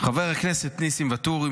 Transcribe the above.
חבר הכנסת ניסים ואטורי,